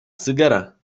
segera